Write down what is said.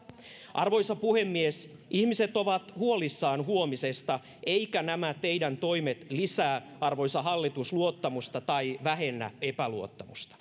arvoisa puhemies ihmiset ovat huolissaan huomisesta eivätkä nämä teidän toimenne arvoisa hallitus lisää luottamusta tai vähennä epäluottamusta